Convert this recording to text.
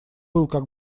как